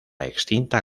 extinta